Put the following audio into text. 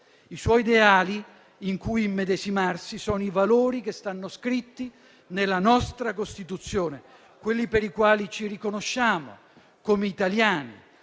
I suoi ideali, in cui immedesimarsi, sono i valori scritti nella nostra Costituzione, quelli per i quali ci riconosciamo come italiani.